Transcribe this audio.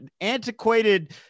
antiquated